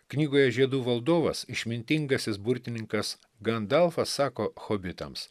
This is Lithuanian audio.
knygoje žiedų valdovas išmintingasis burtininkas gandalfas sako hobitams